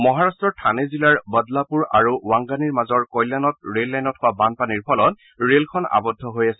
মহাৰাট্টৰ থানে জিলাৰ বদলাপুৰ আৰু ৱাংগানি মাজৰ কল্যাণত ৰেল লাইনত হোৱা বানপানীৰ ফলত ৰেলখন আবদ্ধ হৈ আছিল